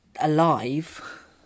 alive